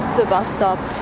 the bus stop